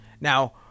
Now